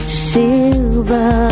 silver